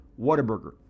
whataburger